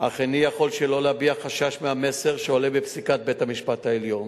אך איני יכול שלא להביע חשש מהמסר שעולה בפסיקת בית-המשפט העליון,